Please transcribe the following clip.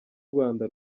rwanda